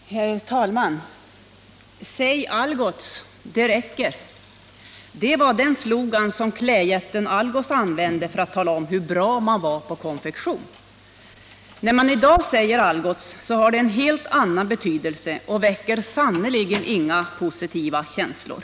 Herr talman! ”Säg Algots — det räcker!” Så löd den slogan som klädjätten Algots använde för att tala om hur bra man var på konfektion. När man i dag säger Algots, har det en helt annan betydelse och väcker sannerligen inga positiva känslor.